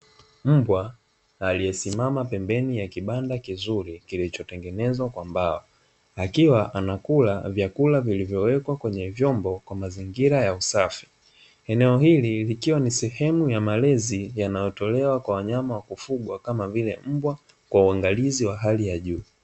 Mbwa aliyesimama pembeni ya kibanda kizuri kilichotengenezwa kwa mbao, akiwa anakula vyakula vilivyowekwa kwenye vyombo kwa mazingira ya usafi. Eneo hili likiwa ni sehemu ya malezi yanayotolewa kwa wanyama wa kufugwa kama vile mbwa kwa uangalizi wa hali ya juu.